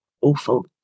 awful